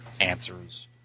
answers